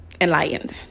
enlightened